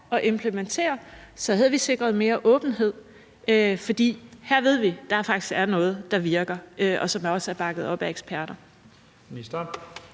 at implementere – så havde vi sikret mere åbenhed, for her ved vi, at der faktisk er noget, der virker, og som også er bakket op af eksperter.